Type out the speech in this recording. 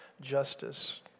justice